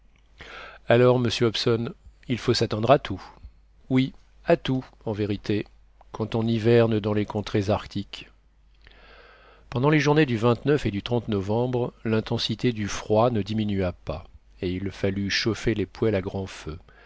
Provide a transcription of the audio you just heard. alors monsieur hobson il faut s'attendre à tout oui à tout en vérité quand on hiverne dans les contrées arctiques pendant les journées du et du novembre l'intensité du froid ne diminua pas et il fallut chauffer les poêles à grand feu